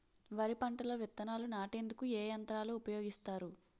వరి పంటలో విత్తనాలు నాటేందుకు ఏ యంత్రాలు ఉపయోగిస్తారు?